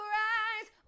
rise